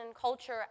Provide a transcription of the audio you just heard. culture